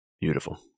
beautiful